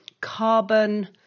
carbon